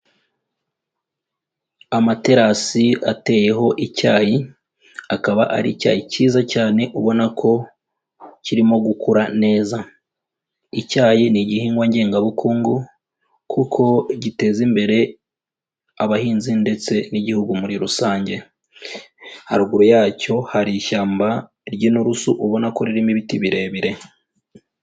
Amaterasi ateyeho icyayi, akaba ari icya cyiza cyane ubona ko kirimo gukura neza. Icyayi ni igihingwa ngengabukungu kuko giteza imbere abahinzi ndetse n'igihugu muri rusange. Haruguru yacyo hari ishyamba ry'inturusu, ubona ko ririmo ibiti birebire.